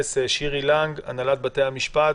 הנהלת בית המשפט,